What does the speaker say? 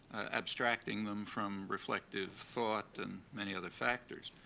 abstracting them from reflective thought and many other factors.